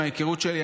מההיכרות שלי,